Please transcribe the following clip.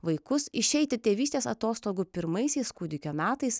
vaikus išeiti tėvystės atostogų pirmaisiais kūdikio metais